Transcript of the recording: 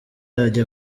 ajya